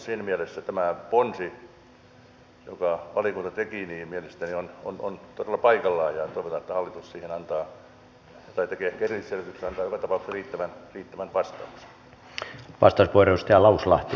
siinä mielessä tämä ponsi jonka valiokunta teki mielestäni on todella paikallaan ja toivotaan että hallitus tekee ehkä erillisselvityksen tai antaa joka tapauksessa riittävän vastauksen